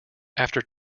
after